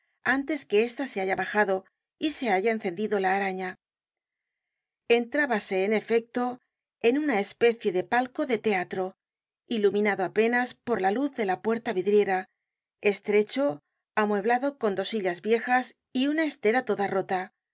antes que esta se haya bajado y se haya encendido la araña entrábase en efecto en una especie de palco de teatro iluminado apenas por la luz de la puerta vidriera estrecho amueblado con dos sillas viejas y una estera toda rota